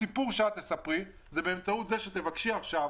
הסיפור שאת תספרי הוא באמצעות זה שתבקשי עכשיו